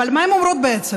אבל מה הן אומרות בעצם?